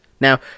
Now